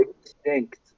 extinct